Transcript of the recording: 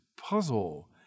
puzzle